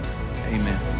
amen